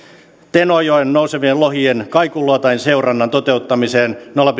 tenojoen nousevien lohien kaikuluotainseurannan toteuttamiseen nolla